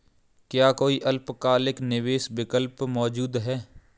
क्या कोई अल्पकालिक निवेश विकल्प मौजूद है?